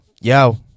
yo